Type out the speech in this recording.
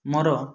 ମୋର